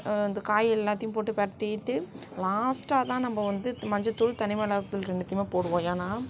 இந்த காய் எல்லாத்தையும் போட்டு பிரட்டிட்டு லாஸ்டாகதான் நம்ம வந்து மஞ்சத்தூள் தனிமிளகாத்தூள் ரெண்டுத்தையுமே போடுவோம் ஏன்னா